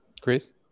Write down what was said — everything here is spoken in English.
Chris